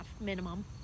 minimum